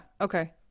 okay